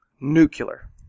Nuclear